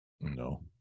No